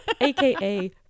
Aka